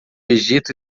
egito